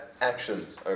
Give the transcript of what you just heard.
actions